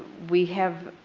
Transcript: we have,